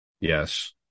Yes